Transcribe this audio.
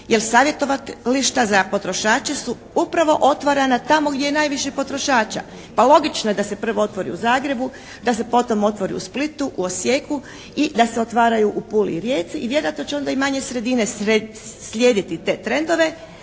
jer savjetovališta za potrošače su upravo otvarana tamo gdje je najviše potrošača. Pa logično je da se prvo otvori u Zagrebu, da se potom otvori u Splitu, u Osijeku i da se otvaraju u Puli i Rijeci. I vjerojatno će onda i manje sredine slijediti te trendove.